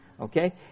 Okay